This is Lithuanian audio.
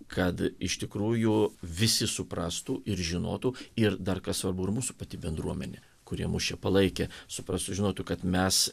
kad iš tikrųjų visi suprastų ir žinotų ir dar kas svarbu ir mūsų pati bendruomenė kurie mus čia palaikė suprastų žinotų kad mes